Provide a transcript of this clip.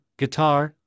guitar